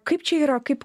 kaip čia yra kaip